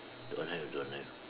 don't have don't have